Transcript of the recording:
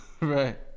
right